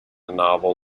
novel